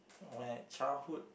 or at childhood